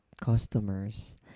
customers